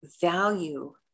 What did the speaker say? value